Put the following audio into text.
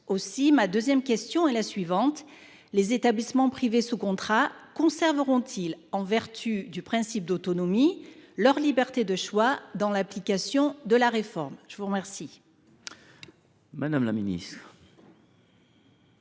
Aussi ma deuxième question est elle la suivante : les établissements privés sous contrat conserveront ils, en vertu du principe d’autonomie, leur liberté de choix dans l’application de la réforme ? La parole